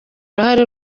uruhare